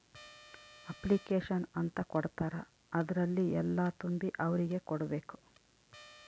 application ಅಂತ ಕೊಡ್ತಾರ ಅದ್ರಲ್ಲಿ ಎಲ್ಲ ತುಂಬಿ ಅವ್ರಿಗೆ ಕೊಡ್ಬೇಕು